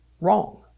wrong